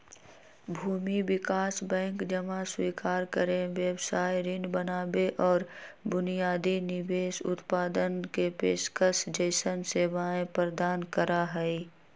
भूमि विकास बैंक जमा स्वीकार करे, व्यवसाय ऋण बनावे और बुनियादी निवेश उत्पादन के पेशकश जैसन सेवाएं प्रदान करा हई